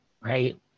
Right